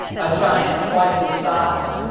a giant twice his size,